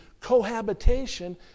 cohabitation